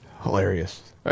Hilarious